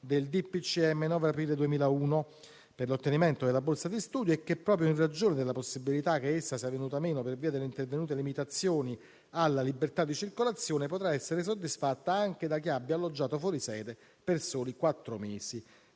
del 9 aprile 2001, per l'ottenimento della borsa di studio e che, proprio in ragione della possibilità che essa sia venuta meno per via delle intervenute limitazioni alla libertà di circolazione, potrà essere soddisfatta anche da chi abbia alloggiato fuori sede per soli quattro mesi.